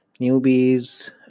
newbies